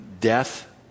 death